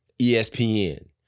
ESPN